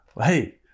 Hey